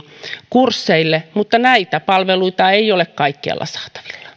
kursseille mutta näitä palveluita ei ole kaikkialla saatavilla